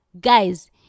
Guys